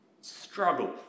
Struggle